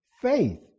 faith